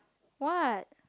what